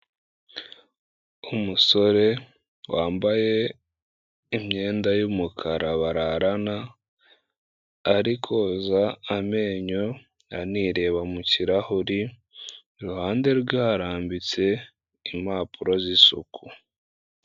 Umusore wambaye imyenda y'umukara bararana ari koza amenyo anireba mu kirahuri, iruhande rwe harambitse impapuro z'isuku.